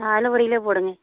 ஆ அதுல ஒரு கிலோ போடுங்கள்